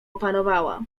opanowała